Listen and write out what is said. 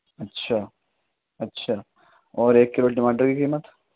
اچھا اچھا اور ایک کلو ٹماٹر کی قیمت